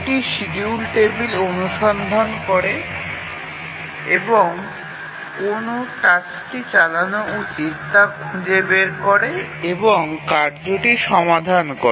এটি schedule table সন্ধান করে এবং কোন টাস্কটি চালানো উচিত তা খুঁজে বের করে এবং কার্যটি সমাধান করে